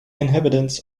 inhabitants